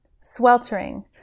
sweltering